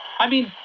i mean.